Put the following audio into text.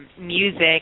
Music